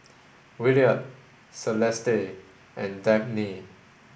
Williard Celeste and Dabney